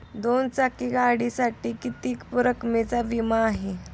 दोन चाकी गाडीसाठी किती रकमेचा विमा आहे?